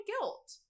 guilt